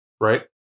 right